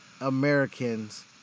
Americans